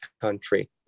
country